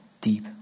deep